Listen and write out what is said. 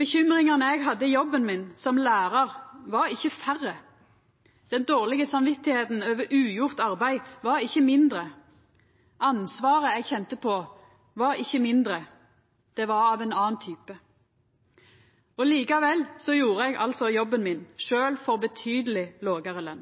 Bekymringane eg hadde i jobben min som lærar, var ikkje færre. Det dårlege samvitet over ugjort arbeid var ikkje mindre. Ansvaret eg kjente på, var ikkje mindre, det var av ein annan type. Likevel gjorde eg altså jobben min, sjølv for betydeleg lågare